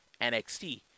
NXT